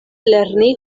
lerni